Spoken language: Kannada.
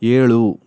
ಏಳು